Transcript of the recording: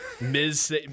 Ms